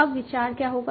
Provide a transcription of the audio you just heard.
अब विचार क्या होगा